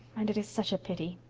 and it is such a pity.